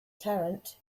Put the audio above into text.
tarrant